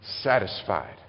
satisfied